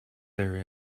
there